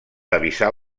avisar